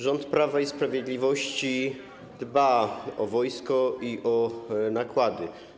Rząd Prawa i Sprawiedliwości dba o wojsko i o nakłady.